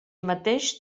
mateix